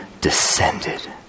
descended